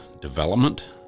development